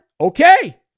Okay